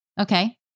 Okay